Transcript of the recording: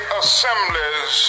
assemblies